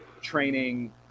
training